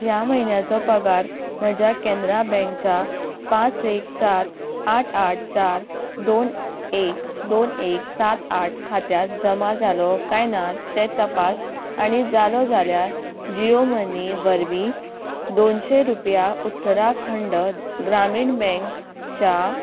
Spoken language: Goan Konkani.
ह्या म्हयन्याचो पगार म्हज्या कॅनरा बँकच्या पांच एक चार आठ आठ चार दोन एक दोन एक सात आठ खात्यांत जमा जालो काय ना तें तपास आणी जालो जाल्या जियो मनी वरवीं दोनशे रुपया उत्तराखंड ग्रामीण बँकच्या